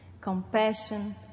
compassion